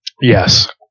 Yes